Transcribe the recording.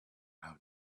how